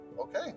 Okay